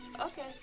okay